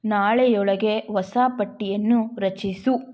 ನಾಳೆಯೊಳಗೆ ಹೊಸ ಪಟ್ಟಿಯನ್ನು ರಚಿಸು